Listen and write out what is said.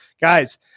Guys